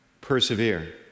persevere